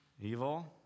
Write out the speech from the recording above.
Evil